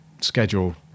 schedule